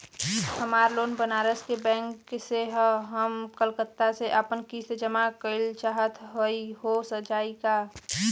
हमार लोन बनारस के बैंक से ह हम कलकत्ता से आपन किस्त जमा कइल चाहत हई हो जाई का?